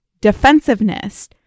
defensiveness